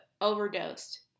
overdosed